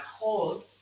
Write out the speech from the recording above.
hold